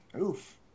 Oof